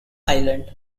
island